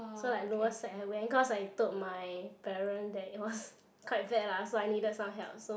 so I lower sec I went because I told my parent that it was quite bad lah so I needed some help so